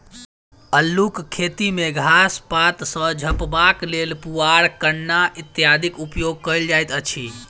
अल्लूक खेती मे घास पात सॅ झपबाक लेल पुआर, कन्ना इत्यादिक उपयोग कयल जाइत अछि